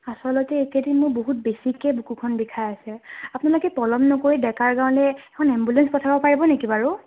আচলতে এইকেইদিন মোৰ বহুত বেছিকৈ বুকুখন বিষাই আছে আপোনালোকে পলম নকৰি ডেকাৰ গাঁৱলৈ এখন এম্বুলেঞ্চ পঠাব পাৰিব নেকি বাৰু